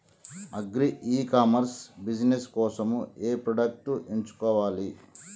Agri e commerce business కోసము ఏ products ఎంచుకోవాలి?